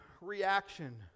reaction